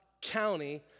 County